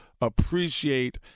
appreciate